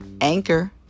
Anchor